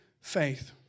faith